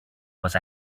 was